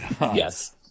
yes